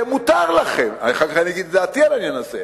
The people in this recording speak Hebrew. מותר לכם, אחר כך אני אגיד את דעתי על העניין הזה,